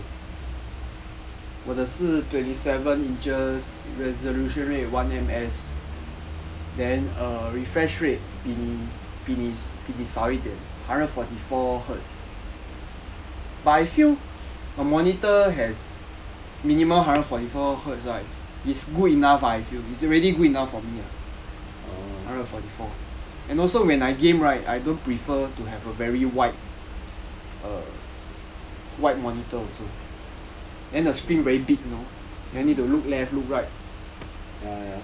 <Z